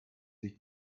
ich